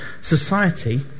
Society